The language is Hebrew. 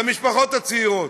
למשפחות הצעירות?